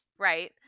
right